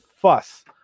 Fuss